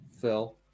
Phil